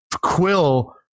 Quill